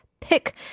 pick